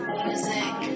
music